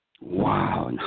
Wow